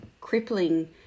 crippling